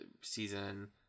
season